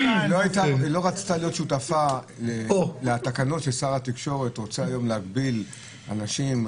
לא רצתה להיות שותפה לתקנות ששר התקשורת רוצה היום להגביל אנשים,